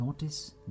Notice